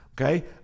Okay